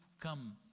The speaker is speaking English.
come